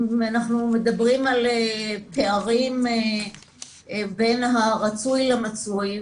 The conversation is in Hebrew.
אם אנחנו מדברים על פערים בין הרצוי למצוי,